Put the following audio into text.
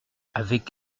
avec